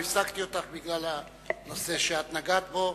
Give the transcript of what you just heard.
אני לא הפסקתי אותך בגלל הנושא שאת נגעת בו,